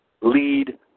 lead